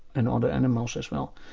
and other animals as well.